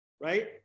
right